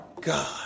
God